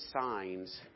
signs